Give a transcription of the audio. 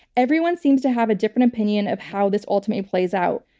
everyone seems to have a different opinion of how this ultimately plays out.